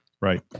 Right